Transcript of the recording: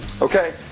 Okay